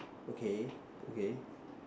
okay okay